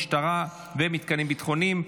משטרה ומתקנים ביטחוניים),